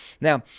Now